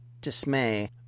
dismay